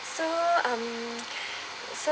so um